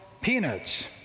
peanuts